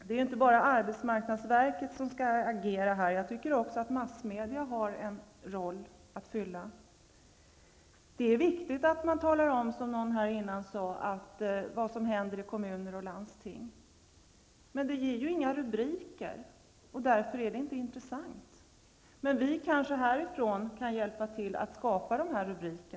Det är inte bara arbetsmarknadsverket som skall agera i detta sammanhang, utan jag menar att också massmedia har en roll att spela. Det är viktigt att man, som någon sade här tidigare, talar om vad som händer i kommuner och landsting. Det ger emellertid inga rubriker, och därför är det inte intressant. Men kanske kan vi härifrån hjälpa till att skapa dessa rubriker.